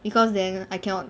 because then I cannot